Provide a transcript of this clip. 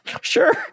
Sure